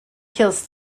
kills